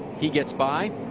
he gets by.